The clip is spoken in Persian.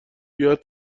بیاد